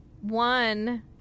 One